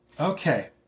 Okay